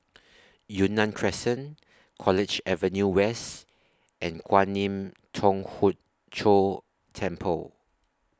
Yunnan Crescent College Avenue West and Kwan Im Thong Hood Cho Temple